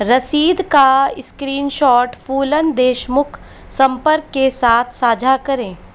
रसीद का स्क्रीनशॉट फूलन देशमुख संपर्क के साथ साझा करें